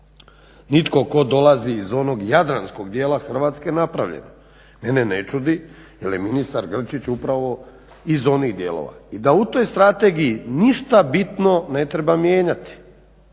nitko tko dolazi iz onog jadranskog djela Hrvatske napravljen. Mene ne čudi jel je ministar Grčić upravo iz onih dijelova i da u toj strategiji ništa bitno ne treba mijenjati